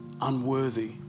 unworthy